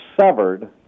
severed